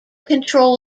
control